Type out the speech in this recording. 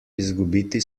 izgubiti